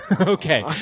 Okay